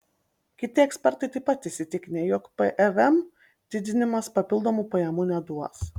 kiti ekspertai taip pat įsitikinę jog pvm didinimas papildomų pajamų neduos